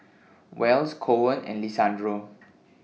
Wells Koen and Lisandro